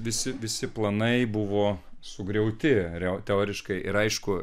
visi visi planai buvo sugriauti riau teoriškai ir aišku